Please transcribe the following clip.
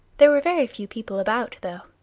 there were very few people about, though.